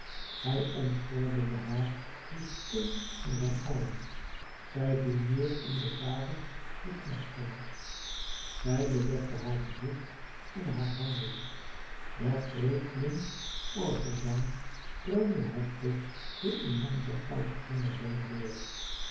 hij ontgordelde haar den steun van zijn arm zij vie neer in de varens die knakten zij bedekte het gezicht in haar handen der krekelen orgelzang dreunde heftig den immensen goudgroenen dom door